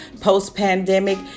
post-pandemic